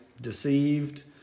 deceived